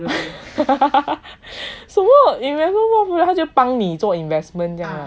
some more you remember 他就帮你做 investment 这样 ah